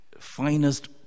finest